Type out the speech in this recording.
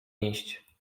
iść